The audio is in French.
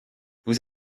vous